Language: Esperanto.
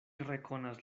rekonas